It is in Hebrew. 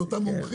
את אותם מומחים?